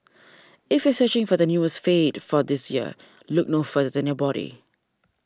if you are searching for the newest fad for this year look no further than your body